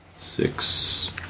six